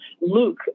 Luke